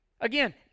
Again